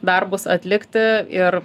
darbus atlikti ir